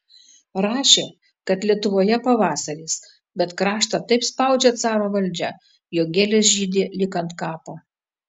rašė kad lietuvoje pavasaris bet kraštą taip spaudžia caro valdžia jog gėlės žydi lyg ant kapo